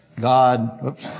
God